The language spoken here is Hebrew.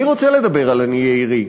אני רוצה לדבר על עניי עירי.